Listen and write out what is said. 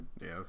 Yes